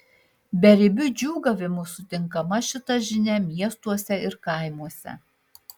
beribiu džiūgavimu sutinkama šita žinia miestuose ir kaimuose